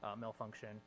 malfunction